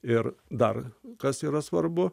ir dar kas yra svarbu